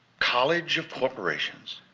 college of corporations,